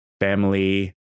family